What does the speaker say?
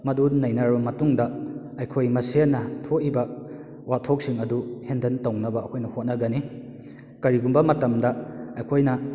ꯃꯗꯨ ꯅꯩꯅꯔꯕ ꯃꯇꯨꯡꯗ ꯑꯩꯈꯣꯏ ꯃꯁꯦꯟꯅ ꯊꯣꯛꯏꯕ ꯋꯥꯊꯣꯛꯁꯤꯡ ꯑꯗꯨ ꯍꯦꯟꯗꯟ ꯇꯧꯅꯕ ꯑꯩꯈꯣꯏꯅ ꯍꯣꯠꯅꯒꯅꯤ ꯀꯔꯤꯒꯨꯝꯕ ꯃꯇꯝꯗ ꯑꯩꯈꯣꯏꯅ